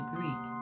Greek